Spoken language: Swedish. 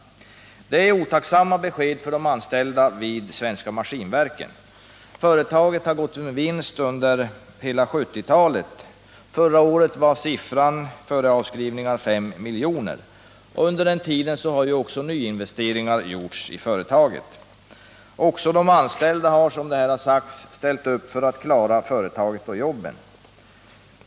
Det är ovälkomna besked för de anställda vid Svenska Maskinverken. Företaget har gått med vinst under hela 1970-talet. Förra året var siffran före avskrivningar 5 miljoner, och under den tiden har ju också nyinvesteringar gjorts i företaget. Även de anställda har, som det här sagts, ställt upp för att klara företaget och jobben.